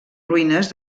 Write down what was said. ruïnes